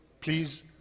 please